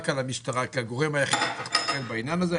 על המשטרה כגורם היחידי שצריך לטפל בעניין הזה.